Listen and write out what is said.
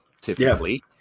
typically